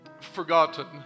forgotten